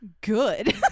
good